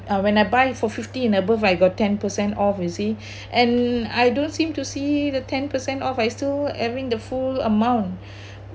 uh when I buy for fifty and above I got ten percent off you see and I don't seem to see the ten percent off I still having the full amount